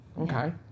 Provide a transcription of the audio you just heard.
Okay